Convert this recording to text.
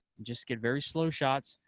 just get very slow shots,